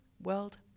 World